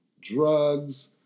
Drugs